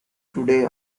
today